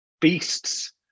beasts